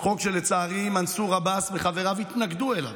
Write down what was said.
חוק שלצערי מנסור עבאס וחבריו התנגדו אליו.